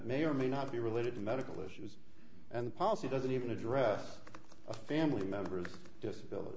may or may not be related to medical issues and policy doesn't even address a family member's disability